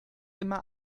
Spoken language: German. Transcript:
immer